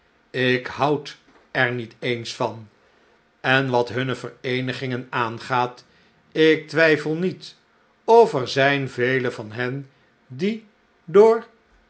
ik houd er niet eens van en wat hunne vereenigingen aangaat ik twijfel niet of er zijn velen van hen die door